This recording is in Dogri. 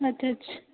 अच्छा अच्छा